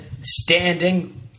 standing